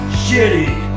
shitty